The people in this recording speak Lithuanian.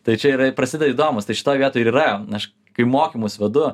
tai čia ir prasideda įdomūs tai šitoj vietoj ir yra aš kai mokymus vedu